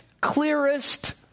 clearest